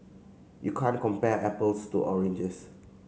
you can't compare apples to oranges